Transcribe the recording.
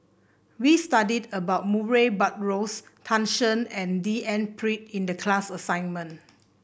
we studied about Murray Buttrose Tan Shen and D N Pritt in the class assignment